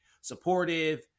supportive